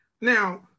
Now